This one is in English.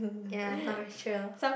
ya I'm not very sure